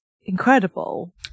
incredible